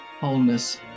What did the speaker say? wholeness